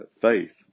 faith